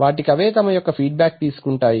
వాటికవే తమ యొక్క feedback తీసుకుంటాయి